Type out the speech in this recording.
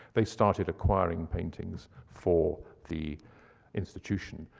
they started acquiring paintings for the institution.